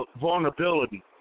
vulnerability